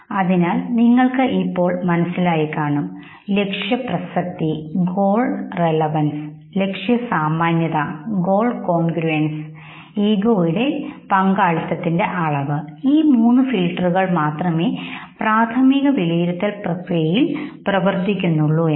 അതിനാൽ നിങ്ങൾക്കു ഇപ്പോൾ ഇത് മനസിലായി കാണും ലക്ഷ്യ പ്രസക്തി ലക്ഷ്യ സാമാന്യത ഈഗോയുടെ പങ്കാളിത്തത്തിന്റെ അളവ്ഈ മൂന്ന് ഫിൽട്ടറുകൾ മാത്രമേ പ്രാഥമിക വിലയിരുത്തൽ പ്രക്രിയയിൽ പ്രവർത്തിക്കുന്നുള്ളൂ എന്ന്